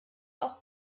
auch